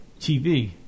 TV